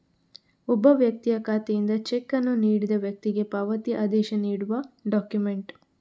ಒಬ್ಬ ವ್ಯಕ್ತಿಯ ಖಾತೆಯಿಂದ ಚೆಕ್ ಅನ್ನು ನೀಡಿದ ವ್ಯಕ್ತಿಗೆ ಪಾವತಿ ಆದೇಶ ನೀಡುವ ಡಾಕ್ಯುಮೆಂಟ್